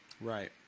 Right